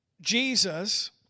Jesus